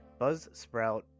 Buzzsprout